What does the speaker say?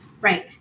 Right